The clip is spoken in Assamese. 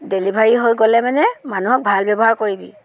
ডেলিভাৰী হৈ গ'লে মানে মানুহক ভাল ব্যৱহাৰ কৰিবি